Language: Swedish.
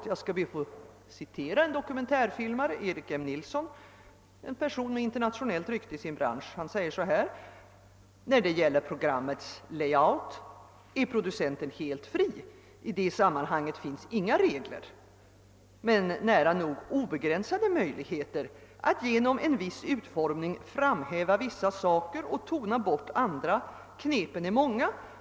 Låt mig citera en man som vet vad han talar om, dokumentärfilmaren Eric M. Nilsson, en person med internationellt rykte inom sin bransch. Han säger: »När det gäller programmets layout är producenten helt fri. I det sammanhanget finns inga regler men nära nog obegränsade möjligheter att genom en viss utformning framhäva vissa saker och tona bort andra. Knepen är många.